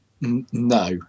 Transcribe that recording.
No